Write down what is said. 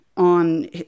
on